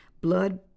blood